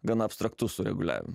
gana abstraktus sureguliavim